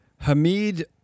Hamid